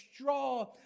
straw